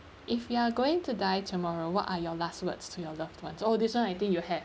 if you are going to die tomorrow what are your last words to your loved ones oh this [one] I think you have